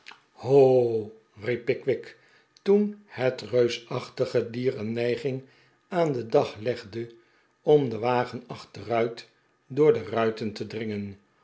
ho riep pickwick toen het reusachtige dier een neiging aan den dag legde om den wagen achteruit door de ruiten te dringen